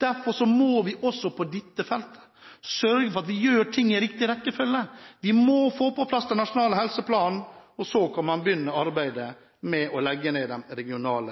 Derfor må vi også på dette feltet sørge for at vi gjør ting i riktig rekkefølge. Vi må få på plass den nasjonale helseplanen, og så kan man begynne å arbeide med å legge ned